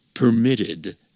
permitted